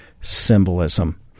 symbolism